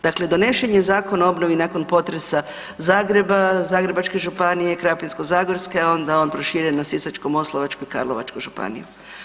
Dakle, donesen je Zakon o obnovi nakon potresa Zagreba, Zagrebačke županije, Krapinsko-zagorske, onda je on proširen na Sisačko-moslavačku i Karlovačku županiju.